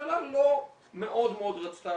שהממשלה לא מאוד מאוד רצתה,